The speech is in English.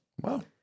Wow